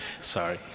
Sorry